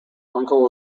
uncle